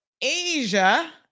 Asia